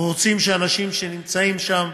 אנחנו רוצים שאנשים שנמצאים שם,